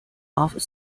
off